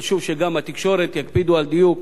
חשוב שגם בתקשורת יקפידו על דיוק.